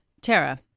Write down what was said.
Tara